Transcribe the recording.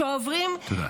שעוברים -- תודה.